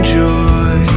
joy